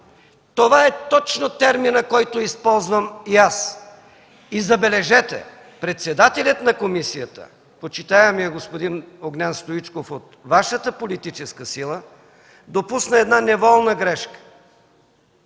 Това точно е терминът, който използвам и аз. И забележете, председателят на комисията – почитаемият господин Огнян Стоичков от Вашата политическа сила, допусна една неволна грешка.